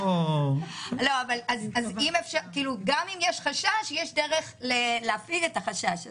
גם אם יש חשש, יש דרך להפיג את החשש הזה.